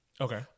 Okay